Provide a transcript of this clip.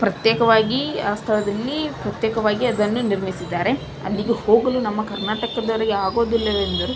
ಪ್ರತ್ಯೇಕವಾಗಿ ಆ ಸ್ಥಳದಲ್ಲಿ ಪ್ರತ್ಯೇಕವಾಗಿ ಅದನ್ನು ನಿರ್ಮಿಸಿದ್ದಾರೆ ಅಲ್ಲಿಗೆ ಹೋಗಲು ನಮ್ಮ ಕರ್ನಾಟಕದವರಿಗೆ ಆಗೋದಿಲ್ಲವೆಂದರೆ